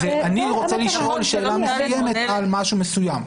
זה אני רוצה לשאול שאלה מסוימת על משהו מסוים.